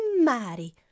mighty